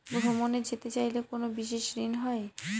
ভ্রমণে যেতে চাইলে কোনো বিশেষ ঋণ হয়?